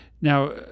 Now